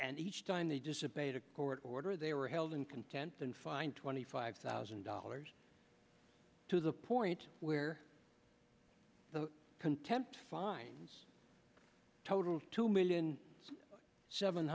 and each time they dissipate a court order they were held in contempt and fined twenty five thousand dollars to the point where the contempt fines total two million seven